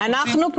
מה אתם עושים,